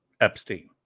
Epstein